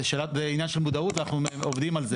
זה עניין של מודעות ואנחנו עובדים על זה.